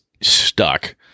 stuck